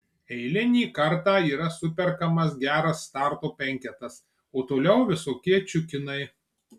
eilinį kartą yra superkamas geras starto penketas o toliau visokie čiukinai